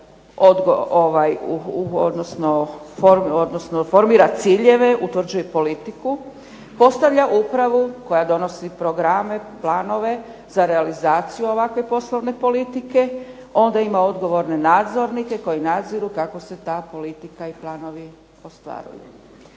odnosno formira ciljeve, utvrđuje politiku, postavlja upravu koja donosi programe, planove za realizaciju ovakve poslovne politike, onda ima odgovorne nadzornike koji nadziru kako se ta politika i planovi ostvaruju.